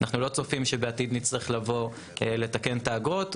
אנחנו לא צופים שבעתיד נצטרך לבוא לתקן את האגרות,